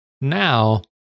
now